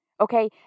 okay